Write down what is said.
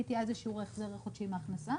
PTI זה שיעור ההחזר החודשי מהכנסה.